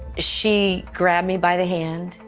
she grabbed me by the hand,